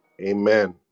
Amen